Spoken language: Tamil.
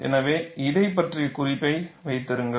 எனவே இதைப் பற்றிய குறிப்பை வைத்திருங்கள்